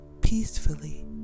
peacefully